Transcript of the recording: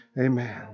amen